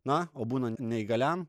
na o būnant neįgaliam